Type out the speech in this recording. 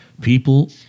people